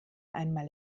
einmal